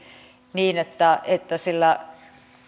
niin että että sillä